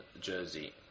jersey